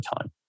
time